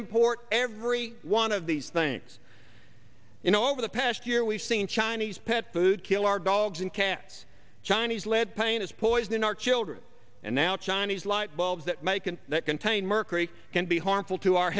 import every one of these things you know over the past year we've seen chinese pet food kill our dogs and cats chinese lead paint is poisoning our children and now chinese lightbulbs that make and that contain mercury can be harmful to our